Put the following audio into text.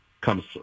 comes